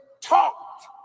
talked